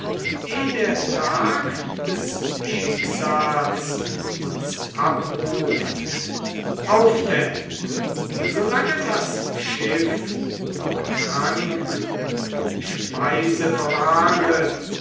der tag des schicksals uns abruft auf denn solange das schiff noch trank und speise verwahret